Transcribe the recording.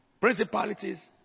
principalities